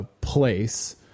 place